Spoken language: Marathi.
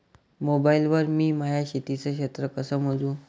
मोबाईल वर मी माया शेतीचं क्षेत्र कस मोजू?